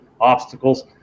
obstacles